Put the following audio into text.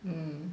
mm